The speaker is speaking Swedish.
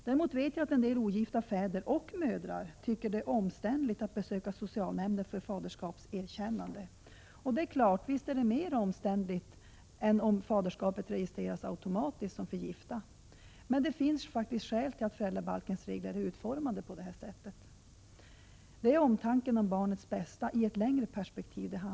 Däremot vet jag att en del ogifta fäder — och mödrar — tycker att det är omständligt att besöka socialnämnden för faderskapserkännande. Det är klart, visst är det mer omständligt än om faderskapet registreras automatiskt, som för gifta. Men det finns faktiskt skäl till att föräldrabalkens regler är utformade på detta sätt. Det handlar om omtanken om barnets bästa i ett längre perspektiv.